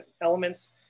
elements